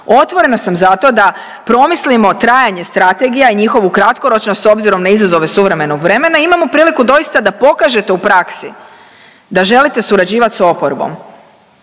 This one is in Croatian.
Otvorena sam za to da promislimo trajanje strategija i njihovu kratkoročnost s obzirom na izazove suvremenog vremena i imamo priliku doista da pokažete u praksi da želite surađivati s oporbom.